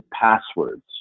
passwords